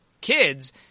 kids